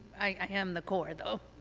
i am the core, though.